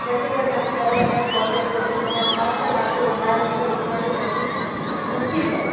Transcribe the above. झटि खां झटि घर जे अंदरि पहुचण जी कोशिश कंदा आहिनि ख़ासि कर राति जो हूंदा आहिनि हिते निकिरण जी कोशिश न थियूं कनि